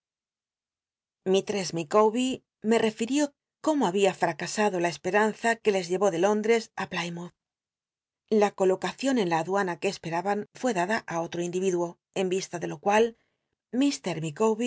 mistress ilicawber me refirió cómo habia fracasado la esperanza cjue ies llevó de lóndres á plymouth la eolocacion en la aduana que esperaban fué dada á ot ro individuo en vista de lo cual